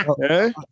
Okay